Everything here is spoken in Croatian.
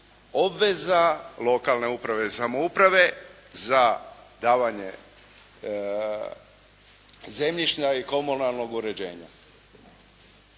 obveza lokalne uprave i samouprave za davanje zemljišta i komunalnog uređenja.